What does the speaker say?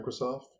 Microsoft